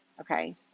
okay